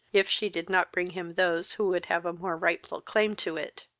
if she did not bring him those who would have a more rightful claim to it.